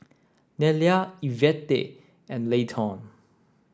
Nelia Ivette and Layton